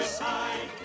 side